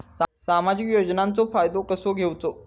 सामाजिक योजनांचो फायदो कसो घेवचो?